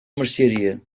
mercearia